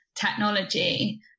technology